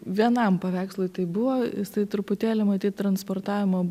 vienam paveikslui taip buvo jisai truputėlį matyt transportavimo